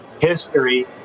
history